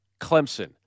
Clemson